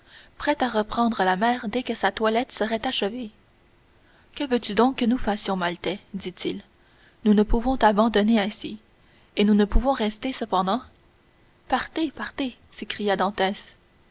prêt à reprendre la mer dès que sa toilette serait achevée que veux-tu donc que nous fassions maltais dit-il nous ne pouvons t'abandonner ainsi et nous ne pouvons rester cependant partez partez s'écria